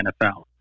NFL